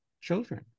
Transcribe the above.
children